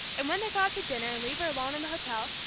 and when they go out to dinner, and leave her alone in the hotel,